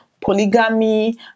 polygamy